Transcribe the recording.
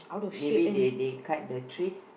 maybe they they cut the trees